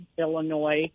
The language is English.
Illinois